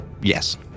Yes